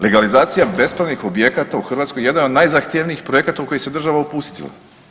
Legalizacija bespravnih objekata u Hrvatskoj jedna je od najzahtjevnijih projekata u koji se država upustila.